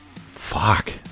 Fuck